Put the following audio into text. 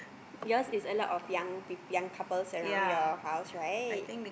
yours is a lot of young people young couples around your house right